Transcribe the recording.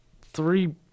three